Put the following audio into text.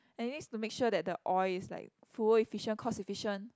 and it needs to make sure that the oil is like fuel efficient cost efficient